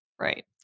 Right